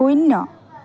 শূন্য